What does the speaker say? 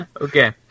okay